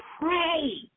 pray